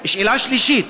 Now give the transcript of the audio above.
שאלה שלישית: